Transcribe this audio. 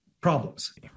problems